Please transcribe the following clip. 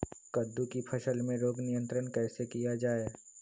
कददु की फसल में रोग नियंत्रण कैसे किया जाए?